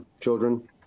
children